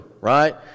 right